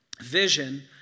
vision